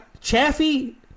Chaffee